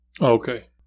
Okay